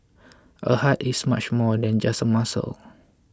a heart is much more than just a muscle